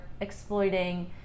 exploiting